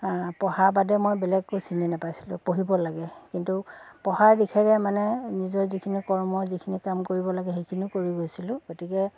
পঢ়াৰ বাদে মই বেলেগকো চিনি নোপাইছিলোঁ পঢ়িব লাগে কিন্তু পঢ়াৰ দিশেৰে মানে নিজৰ যিখিনি কৰ্ম যিখিনি কাম কৰিব লাগে সেইখিনিও কৰি গৈছিলোঁ গতিকে